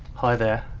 hi there,